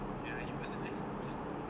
ya he wasn't he was just close to me